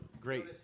great